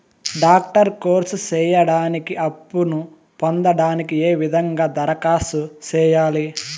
Doctor course సేయడానికి అప్పును పొందడానికి ఏ విధంగా దరఖాస్తు సేయాలి?